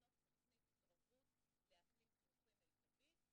לבנות תוכנית התערבות לאקלים חינוכי מיטבי,